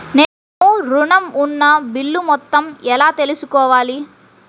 నేను ఋణం ఉన్న బిల్లు మొత్తం ఎలా తెలుసుకోవాలి?